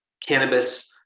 cannabis